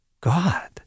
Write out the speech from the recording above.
God